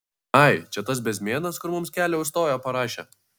ai čia tas bezmėnas kur mums kelią užstojo parašė